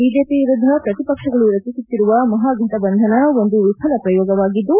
BJP ವಿರುದ್ದ ಪ್ರತಿಪಕ್ಷಗಳು ರಚಿಸುತ್ತಿರುವ ಮಹಾಘಟಬಂಧನ ಒಂದು ವಿಫಲ ಪ್ರಯೋಗವಾಗಿದ್ದು